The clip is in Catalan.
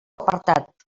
apartat